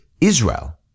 Israel